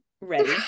ready